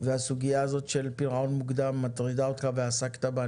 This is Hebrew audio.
והסוגייה הזו של פירעון מוקדם מטרידה אותך ועסקת בה,